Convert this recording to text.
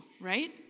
right